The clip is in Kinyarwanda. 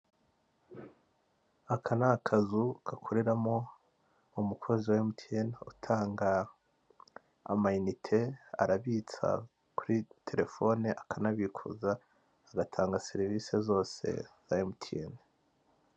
Aka ni akazu gakoreramo umukozi we MTN utanga ama inite, arabitsa kuri telefone, akanabikuza, agatanga serivisi zose za MTN.